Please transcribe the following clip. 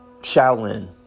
Shaolin